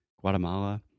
Guatemala